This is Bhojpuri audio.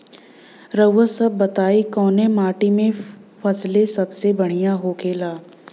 रउआ सभ बताई कवने माटी में फसले सबसे बढ़ियां होखेला?